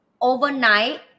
overnight